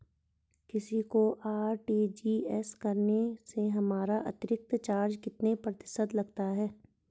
किसी को आर.टी.जी.एस करने से हमारा अतिरिक्त चार्ज कितने प्रतिशत लगता है?